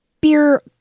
Beer